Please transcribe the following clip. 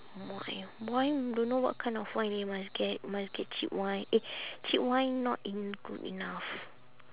wine wine don't know what kind of wine you must get must get cheap wine eh cheap wine not en~ good enough